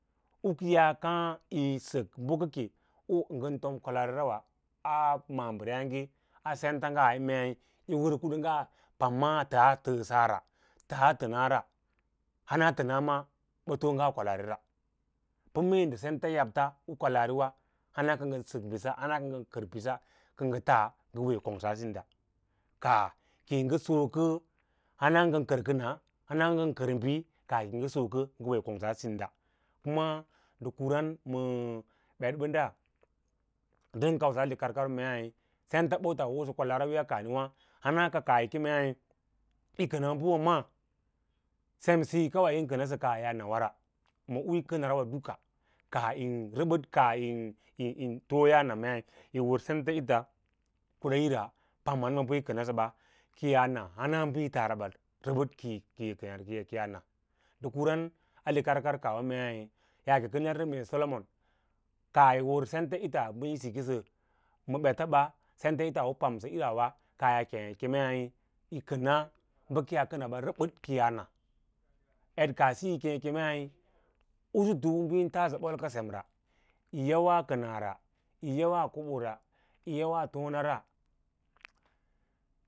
U kiyaa kaa yi sak bukeka u a ngan tim kwalaari ra wa a maabiri nga a senta nga mee wai kanga dama lazsaara taa kanara hans tana ma ba ton mnga kwalaari ra pa mee nda sent yabts u kwalaari wa hana ka ngan sak biss hana ka ngan kar bis kanga tas nga wee kongsa sinda kar kan a hana ngan kar bi kaah kiyi soka nga wee kongsa sinda kuna nda kana maa betbada asdan kauses likarkavwa mei sen ta bots wo sakwalaari a wiya kaahniwa hana a ka kaah yi kemei yi kam babma sen iyo kawa yei kansa kaah ya na wara ma uyi kanara wa duks kaah yok aah wim too ya na meeyi war sents it kweera lira paman s ana kiyaa na hana bazi taari nda a li karkar kaah wa mei yaake yarsa mee solomon aah yi ma bets ba senta ita u yi pam sara irawa kaah kana ba rabar kiyau na ed kaah siya y kee yin a ed kaah siyi kee yi kemei usul na yan taa bol ka sem re, yi yawa kanara yi kubura yaw na tonara.